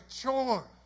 chore